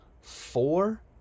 four